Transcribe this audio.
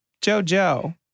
JoJo